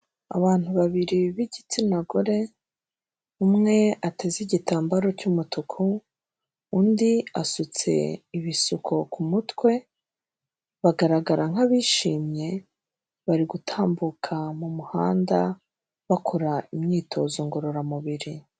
Abantu babiri b'igitsina gore, umwe ateze igitambaro cy'umutuku, undi asutse ibisuko ku mutwe, bagaragara nk'abishimye, bari gutambuka mu muhanda, bakora imyitozo ngororamubiri.